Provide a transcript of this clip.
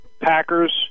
Packers